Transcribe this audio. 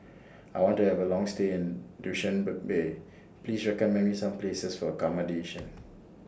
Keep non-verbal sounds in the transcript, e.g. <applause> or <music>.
I want to Have A Long stay in <unintelligible> Please recommend Me Some Places For accommodation